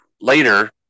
Later